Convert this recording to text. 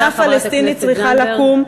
מדינה פלסטינית צריכה לקום,